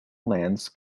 lands